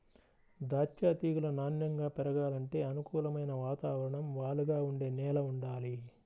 దాచ్చా తీగలు నాన్నెంగా పెరగాలంటే అనుకూలమైన వాతావరణం, వాలుగా ఉండే నేల వుండాలి